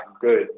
good